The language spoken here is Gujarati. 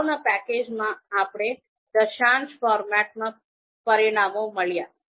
અગાઉના પેકેજમાં આપણે દશાંશ ફોર્મેટમાં પરિણામો મળ્યા